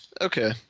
okay